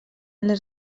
les